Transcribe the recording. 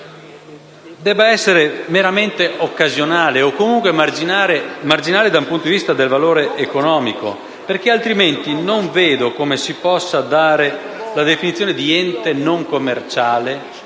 deve essere meramente occasionale, o comunque marginale dal punto di vista del valore economico, perché altrimenti non vedo come si possa rientrare nella definizione di ente non commerciale